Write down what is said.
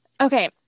Okay